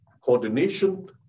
Coordination